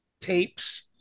tapes